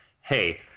hey